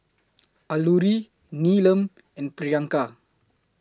Alluri Neelam and Priyanka